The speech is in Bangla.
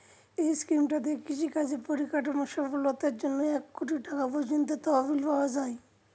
এই স্কিমটা দিয়ে কৃষি কাজের পরিকাঠামোর সফলতার জন্যে এক কোটি টাকা পর্যন্ত তহবিল পাওয়া যায়